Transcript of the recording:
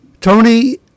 Tony